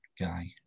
guy